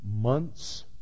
months